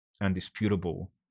undisputable